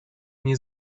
nie